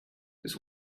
this